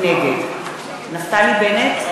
נגד נפתלי בנט,